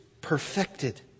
perfected